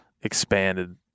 expanded